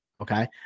okay